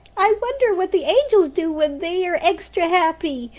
i wonder what the angels do when they're extra happy,